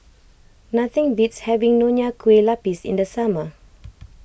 nothing beats having Nonya Kueh Lapis in the summer